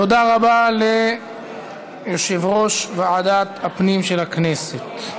תודה רבה ליושב-ראש ועדת הפנים של הכנסת.